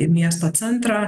į miesto centrą